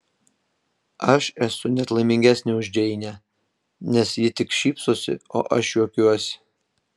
aš esu net laimingesnė už džeinę nes ji tik šypsosi o aš juokiuosi